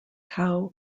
how